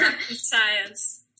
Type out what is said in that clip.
science